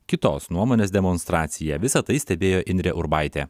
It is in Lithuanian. kitos nuomonės demonstracija visa tai stebėjo indrė urbaitė